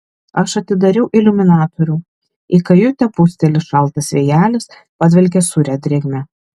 aš atidariau iliuminatorių į kajutę pūsteli šaltas vėjelis padvelkia sūria drėgme